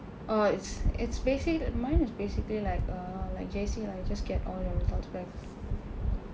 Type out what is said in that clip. oh it's it's basically mine is basically like err like J_C lah you just get all your results back